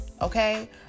Okay